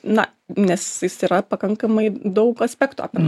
na nes jis yra pakankamai daug aspektų apima